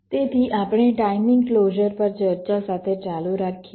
તેથી આપણે timing closure પર ચર્ચા સાથે ચાલુ રાખીએ